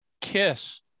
kiss